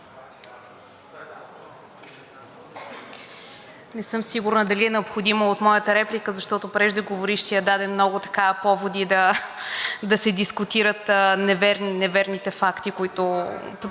Не съм сигурна дали е необходимо от моята реплика, защото преждеговорившият даде много поводи да се дискутират неверните мнения, които